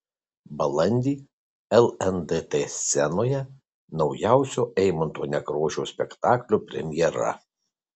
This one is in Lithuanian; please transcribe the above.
balandį lndt scenoje naujausio eimunto nekrošiaus spektaklio premjera